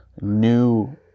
new